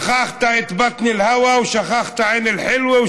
שכחת את בית נבאלא שכחת עין אל-חילווה,